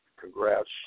congrats